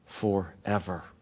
forever